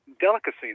delicacy